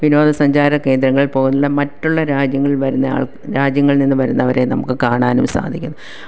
വിനോദസഞ്ചാര കേന്ദ്രങ്ങൾ പോലുള്ള മറ്റുള്ള രാജ്യങ്ങളിൽ വരുന്ന ആൾ രാജ്യങ്ങളിൽ നിന്ന് വരുന്നവരെ നമുക്ക് കാണാനും സാധിക്കും